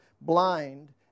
blind